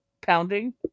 Pounding